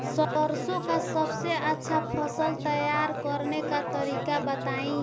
सरसों का सबसे अच्छा फसल तैयार करने का तरीका बताई